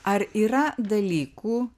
ar yra dalykų